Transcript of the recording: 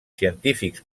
científics